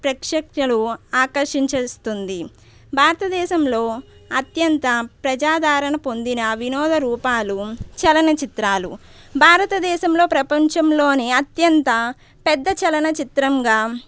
ప్రేక్షకులను ఆకర్షించేస్తుంది భారతదేశంలో అత్యంత ప్రజాధారణ పొందిన వినోద రూపాలు చలనచిత్రాలు భారతదేశంలో ప్రపంచంలోనే అత్యంత పెద్ద చలనచిత్రంగా